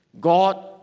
God